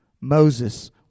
Moses